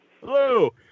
Hello